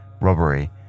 robbery